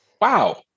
Wow